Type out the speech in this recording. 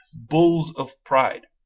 bulls of pride,